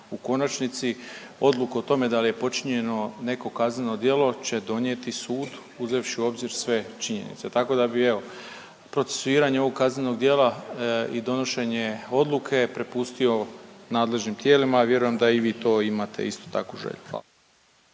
U konačnici o tome da li je počinjeno neko kazneno djelo će donijeti sud uzevši u obzir sve činjenice, tako da bi evo procesuiranje ovog kaznenog djela i donošenje odluke prepustio nadležnim tijelima, a vjerujem da i vi to imate istu takvu želju, hvala.